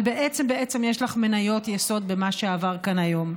אבל בעצם יש לך מניות יסוד במה שעבר כאן היום.